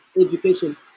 education